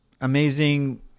amazing